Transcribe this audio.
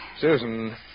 Susan